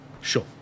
Sure